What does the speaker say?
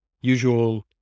usual